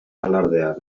alardean